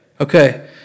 Okay